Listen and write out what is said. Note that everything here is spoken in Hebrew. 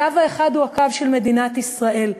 הקו האחד הוא הקו של מדינת ישראל,